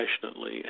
passionately